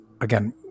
again